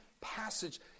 passage